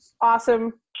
awesome